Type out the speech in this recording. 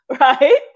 right